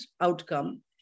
outcome